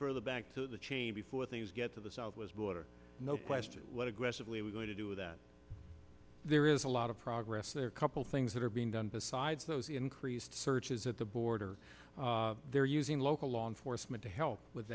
further back so the chief with me is get to the south was border no question what aggressively we're going to do that there is a lot of progress there a couple things that are being done besides those increased searches at the border they're using local law enforcement to help with